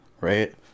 right